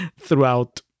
Throughout